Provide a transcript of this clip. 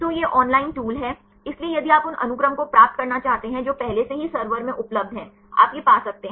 तो यह online tool है इसलिए यदि आप उन अनुक्रम को प्राप्त करना चाहते हैं जो पहले से ही सर्वर में उपलब्ध हैं आप ये पा सकते हैं